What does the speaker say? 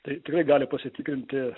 tai tikrai gali pasitikrinti